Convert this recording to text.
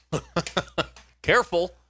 Careful